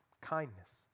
kindness